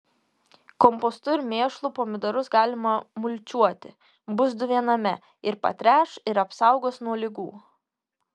kompostu ir mėšlu pomidorus galima mulčiuoti bus du viename ir patręš ir apsaugos nuo ligų